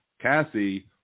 cassie